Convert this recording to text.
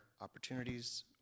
opportunities